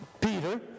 Peter